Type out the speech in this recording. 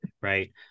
right